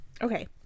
okay